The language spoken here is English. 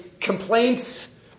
complaints